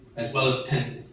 as well as tens